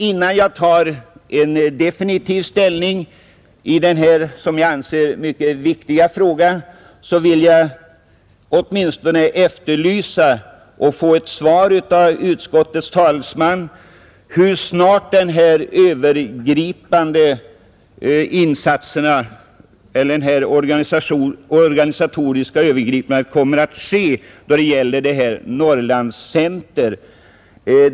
Innan jag tar definitiv ställning i den här som jag anser mycket viktiga frågan vill jag åtminstone efterlysa och få ett svar från utskottets talesman om hur snart detta organisatoriska övergripande kommer att ske då det gäller Norrlands Center.